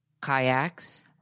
kayaks